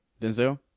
Denzel